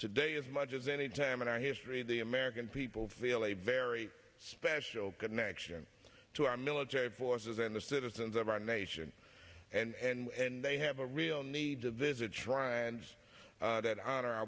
today as much as any time in our history the american people feel a very special connection to our military forces and the citizens of our nation and they have a real need to visit shrines that honor